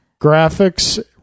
graphics